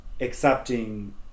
accepting